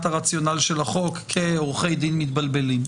הרציונל של החוק כעורכי דין מתבלבלים.